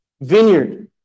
vineyard